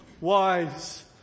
wise